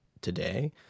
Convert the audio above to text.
today